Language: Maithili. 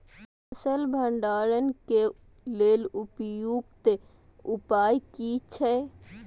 फसल भंडारण के लेल उपयुक्त उपाय कि छै?